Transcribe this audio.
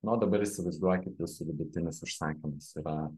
na o dabar įsivaizduokit vidutinis užsakymas yra